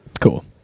Cool